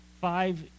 five